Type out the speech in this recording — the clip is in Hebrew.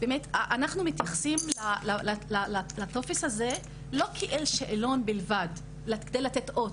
אנחנו מתייחסים לטופס הזה לא כאל שאלון בלבד כדי לתת אות.